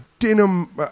denim